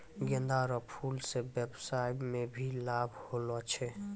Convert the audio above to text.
गेंदा रो फूल से व्यबसाय मे भी लाब होलो छै